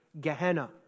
Gehenna